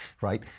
right